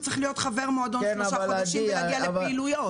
הוא צריך להיות חבר מועדון שלושה חודשים ולהגיע לפעילויות.